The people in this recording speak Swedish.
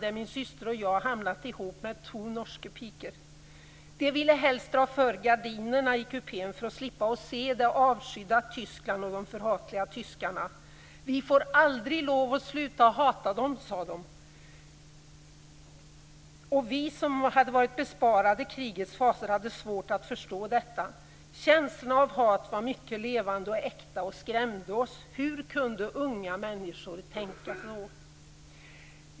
Där hade min syster och jag hamnat ihop med to norske piker. De ville helst dra för gardinerna i kupén för att slippa se det avskydda Tyskland och de förhatliga tyskarna. Vi får aldrig lov att sluta hata dem, sade de. Vi som hade varit besparade krigets fasor hade svårt att förstå detta. Känslorna av hat var mycket levande och äkta och skrämde oss. Hur kunde unga människor tänka så?